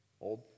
Old